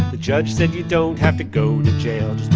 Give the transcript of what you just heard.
the judge said, you don't have to go to jail.